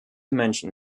menschen